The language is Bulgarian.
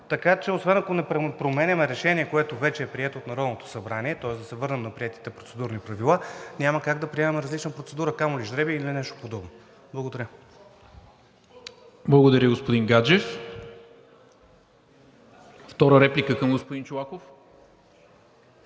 Така че, освен ако не променяме решение, което вече е прието от Народното събрание, тоест да се върнем на приетите процедурни правила, няма как да приемаме различна процедура, камо ли жребий или нещо подобно. Благодаря. ПРЕДСЕДАТЕЛ НИКОЛА МИНЧЕВ: Благодаря, господин Гаджев. Втора реплика към господин Чолаков?